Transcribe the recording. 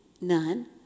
None